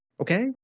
Okay